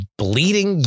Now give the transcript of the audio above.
bleeding